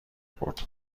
برد